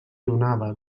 donava